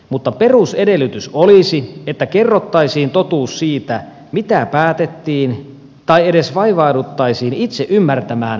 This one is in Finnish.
mutta perusedellytys olisi että kerrottaisiin totuus siitä mitä päätettiin tai edes vaivauduttaisiin itse ymmärtämään mistä on päätetty